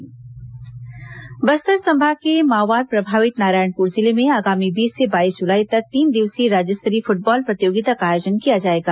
Narayanpur football Bastar संभाग के माओवाद प्रभावित नारायणपुर जिले में आगामी बीस से बाईस जुलाई तक तीन दिवसीय राज्य स्तरीय फुटबॉल प्रतियोगिता का आयोजन किया जाएगा